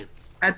עד